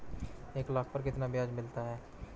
एक लाख पर कितना ब्याज मिलता है?